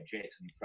Jason